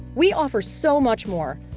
we offer so much more!